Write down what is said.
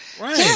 Right